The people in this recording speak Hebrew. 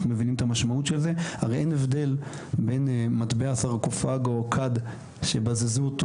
הרי אין הבדל בין מטבע סרקופג או כד שבזזו אותו